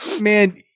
Man